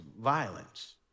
violence